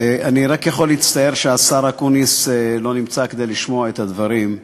אני רק יכול להצטער שהשר אקוניס לא נמצא כדי לשמוע את הדברים,